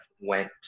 went